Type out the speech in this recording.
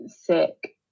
sick